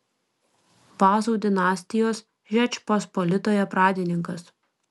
vazų dinastijos žečpospolitoje pradininkas